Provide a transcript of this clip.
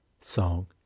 song